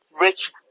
rich